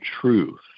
truth